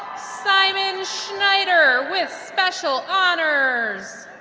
simon schneider, with special honors